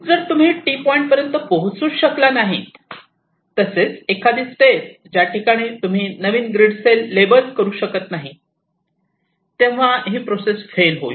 जर तुम्ही T point पर्यंत पोहोचू शकला नाही तसेच एखादी स्टेप ज्या ठिकाणी तुम्ही नवीन ग्रीड सेल लेबल करू शकत नाही तेव्हा प्रोसेस फेल होईल